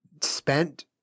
spent